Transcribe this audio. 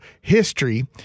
history